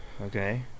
okay